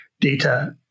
data